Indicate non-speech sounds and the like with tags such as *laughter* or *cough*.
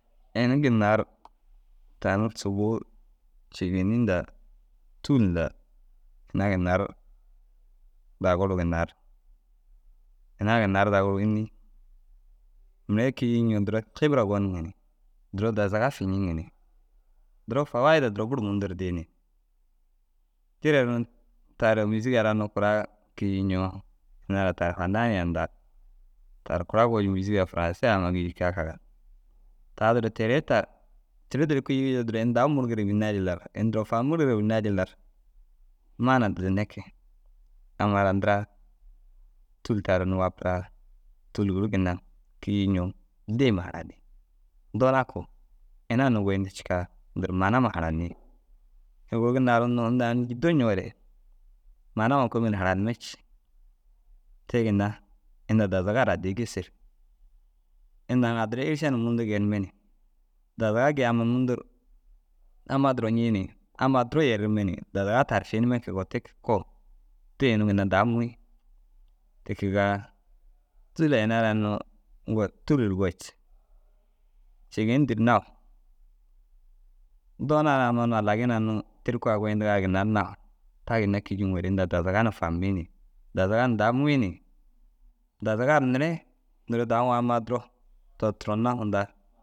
Ini ginna ru tani subuu cêgeni nda tûl nda ina ginna ru daguruu ginna ru. Ina ginna ru daguruu înni? Mire kîyuwii ncoo duro kîbira goniigi ni, duro dazaga finiŋi ni, duro fawaida duro buru mundu ru dii ni. *unintelligible* mîziga ara unnu kuraa kîyuwii ncoo ina kar fanaaniya nda tar kuraa ru goyi mîziga furansa a amma gîyikigaa kaga ta duro teere ta teere duro kîyuurii joo ini dau muurigire bênne jilla ru ini duro fahamurugire bênnaa jilla ru maana didinne kege. Amma ara ndiraa tûlda ara unnu wapuraa tûl guru ginna kîyuwii ncoo dii huma haranii. Doonaa koo? Ina unnu goyindii cikaa duro maana huma hananii. Ini guru ginna ru unnu inda aŋ jîdo ncoore maana huma kôomin nu haranimme cii. Te ginna inda dazaga ru addii gêser. Inda aŋ addira êriša na mundu geenime ni dazaga gii amma mundu ru amma duro ncii ni amma duro yerime ni dazaga tar finime kegoo te kege koo te inuu ginna dau muwii. Te kegaa tûlla ina ara unnu goji, tûlu ru goji cêgendi ru nawu doona ara unnu alaginaa unnu tirkuu a goyindigaa ginnan na ta ginna kîjuu ŋore inda dazaga naa fahamii ni dazaga hunaa dahamiwii ni dazaga mere duro daŋoo ammaa duro turo turona hunda